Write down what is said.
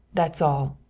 that's all.